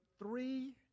three